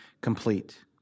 complete